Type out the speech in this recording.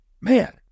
man